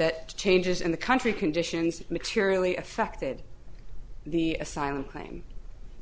extent changes in the country conditions materially affected the asylum claim